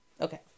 Okay